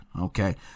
okay